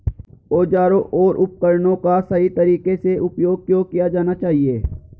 औजारों और उपकरणों का सही तरीके से उपयोग क्यों किया जाना चाहिए?